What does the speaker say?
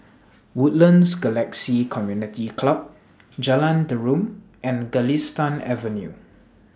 Woodlands Galaxy Community Club Jalan Derum and Galistan Avenue